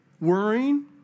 worrying